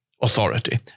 authority